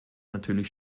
natürlich